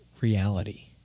reality